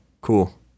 cool